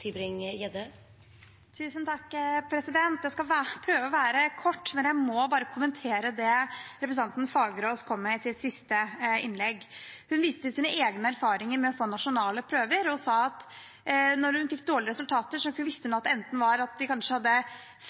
Jeg skal prøve å være kort, men jeg må bare kommentere det representanten Fagerås kom med i sitt siste innlegg. Hun viste til egne erfaringer med nasjonale prøver og sa at når hun fikk dårlige resultater, visste hun at det enten var fordi de kanskje hadde